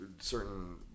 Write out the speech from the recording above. certain